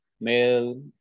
male